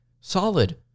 solid